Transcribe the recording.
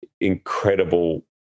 incredible